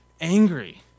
angry